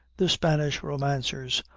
the spanish romancers,